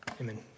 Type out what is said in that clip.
Amen